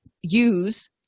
use